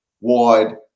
wide